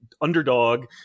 underdog